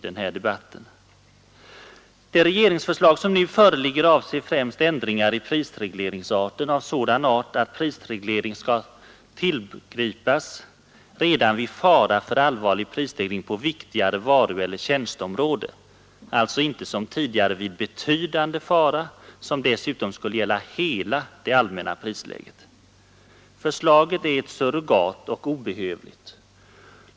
Det regeringsförslag som nu föreligger avser främst ändringar i prisregleringslagen av sådan art att prisreglering skall tillgripas redan vid fara för allvarlig prisstegring på viktigare varueller tjänsteområden — alltså inte som tidigare vid betydande fara, och dessutom skulle denna fara hota hela det allmänna prisläget. Förslaget är ett surrogat och obehövligt.